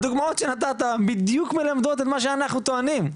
הדוגמאות שנתת בדיוק מלמדות את מה שאנחנו טוענים.